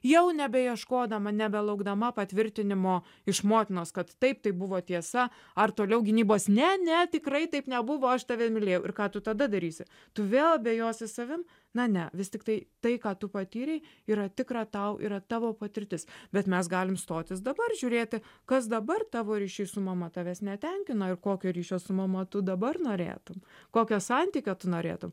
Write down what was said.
jau nebeieškodama nebelaukdama patvirtinimo iš motinos kad taip tai buvo tiesa ar toliau gynybos ne ne tikrai taip nebuvo aš tave mylėjau ir ką tu tada darysi tu vėl abejosi savim na ne vis tiktai tai ką tu patyrei yra tikra tau yra tavo patirtis bet mes galim stotis dabar žiūrėti kas dabar tavo ryšy su mama tavęs netenkina ir kokio ryšio su mama tu dabar norėtum kokio santykio tu norėtum